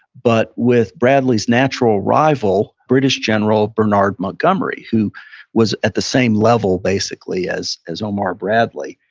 but with bradley's natural rival british general bernard montgomery, who was at the same level basically as as omar bradley.